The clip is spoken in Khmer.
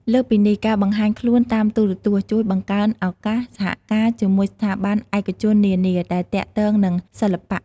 លើសពីនេះ ការបង្ហាញខ្លួនតាមទូរទស្សន៍ជួយបង្កើនឱកាសសហការជាមួយស្ថាប័នឯកជននានាដែលទាក់ទងនឹងសិល្បៈ។